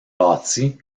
bâti